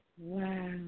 Wow